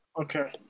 Okay